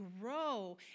grow